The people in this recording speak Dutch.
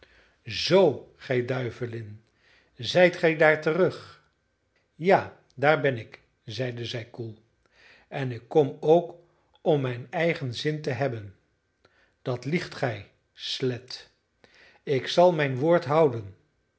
zoo gij duivelin zijt gij daar terug ja daar ben ik zeide zij koel en ik kom ook om mijn eigen zin te hebben dat liegt gij slet ik zal mijn woord houden